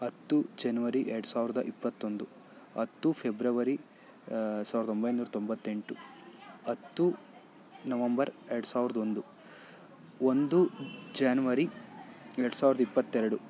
ಹತ್ತು ಜನ್ವರಿ ಎರಡು ಸಾವಿರದ ಇಪ್ಪತ್ತೊಂದು ಹತ್ತು ಫೆಬ್ರವರಿ ಸಾವಿರದ ಒಂಬೈನೂರ ತೊಂಬತ್ತೆಂಟು ಹತ್ತು ನವಂಬರ್ ಎರಡು ಸಾವಿರದ ಒಂದು ಒಂದು ಜ್ಯಾನ್ವರಿ ಎರಡು ಸಾವಿರದ ಇಪ್ಪತ್ತೆರಡು